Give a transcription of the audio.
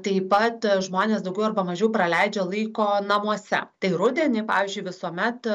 taip pat žmonės daugiau arba mažiau praleidžia laiko namuose tai rudenį pavyzdžiui visuomet